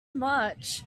much